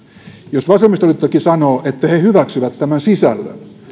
jos vasemmistoliittokin sanoo että he hyväksyvät tämän sisällön